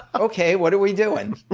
okay, what are we doing?